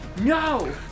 No